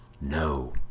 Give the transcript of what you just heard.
no